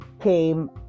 came